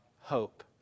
hope